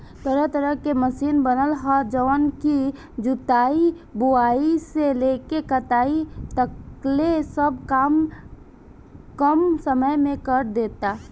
तरह तरह के मशीन बनल ह जवन की जुताई, बुआई से लेके कटाई तकले सब काम कम समय में करदेता